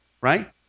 right